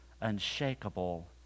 unshakable